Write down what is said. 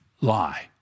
lie